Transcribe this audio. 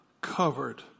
covered